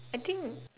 I think